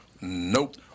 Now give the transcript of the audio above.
Nope